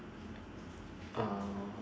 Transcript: uh